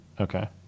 Okay